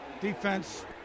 Defense